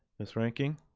miss reinking?